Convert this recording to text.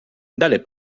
dale